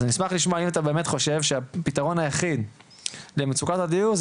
אז אני אשמח לשמוע האם באמת אתה חושב שהפתרון היחיד למצוקת הדיור,